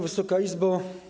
Wysoka Izbo!